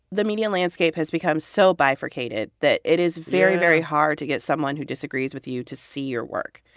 the media landscape has become so bifurcated that it is very, very hard to get someone who disagrees with you to see your work.